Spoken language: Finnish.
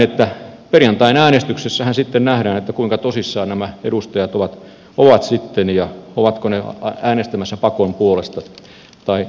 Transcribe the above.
näen että perjantain äänestyksessähän sitten nähdään kuinka tosissaan nämä edustajat ovat ovatko äänestämässä pakon puolesta vai sitä vastaan